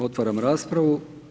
Otvaram raspravu.